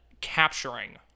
capturing